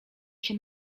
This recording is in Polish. się